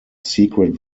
secret